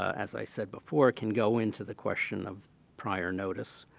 as i said before, can go in to the question of prior notice.